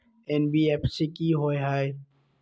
NBFC कि होअ हई?